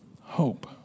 Hope